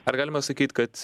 ar galima sakyt kad